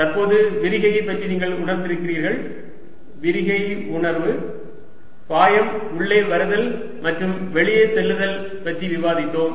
தற்போது விரிகையைப் பற்றி நீங்கள் உணர்ந்திருப்பீர்கள் விரிகை உணர்வு பாயம் உள்ளே வருதல் மற்றும் வெளியே செல்லுதல் பற்றி விவாதித்தோம்